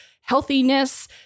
healthiness